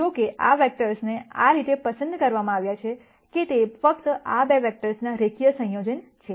જો કે આ વેક્ટર્સને આ રીતે પસંદ કરવામાં આવ્યા છે કે તે ફક્ત આ 2 વેક્ટર્સના રેખીય સંયોજન છે